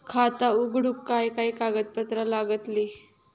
खाता उघडूक काय काय कागदपत्रा लागतली?